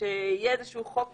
שיהיה איזה שהוא חוק